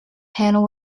panel